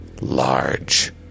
large